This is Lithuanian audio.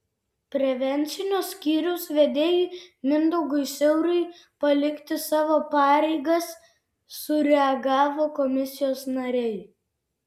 prevencinio skyriaus vedėjui mindaugui siauriui palikti savo pareigas sureagavo komisijos nariai